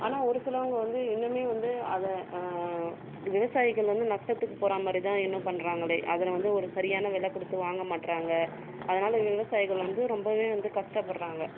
ஆனால் ஒரு சிலவங்க வந்து இன்னுமே வந்து அத விவசாயிகள் வந்து நஷ்டத்துக்கு போகிற மாதிரி தான் இன்னும் பண்ணுறாங்களே அதில் வந்து ஒரு சரியான வில கொடுத்து வாங்க மாட்டுறாங்க அதனால் விவசாயிகள் வந்து ரொம்பவே கஷ்டப்படுகிறாங்க